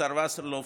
השר וסרלאוף,